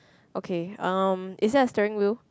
okay um is there a steering wheel